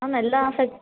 ma'am ಎಲ್ಲ phase